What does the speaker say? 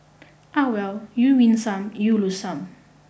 ah well you win some you lose some